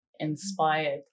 inspired